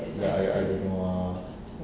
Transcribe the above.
ya ya I I don't know ah